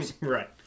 Right